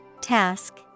Task